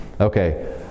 Okay